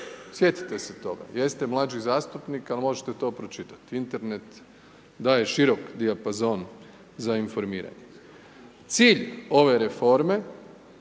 Sjetite se toga. Jeste mlađi zastupnik, ali možete to pročitati. Internet daje širok dijapazon za informiranje. Cilj ove reforme,